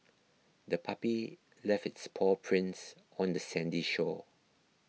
the puppy left its paw prints on the sandy shore